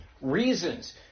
reasons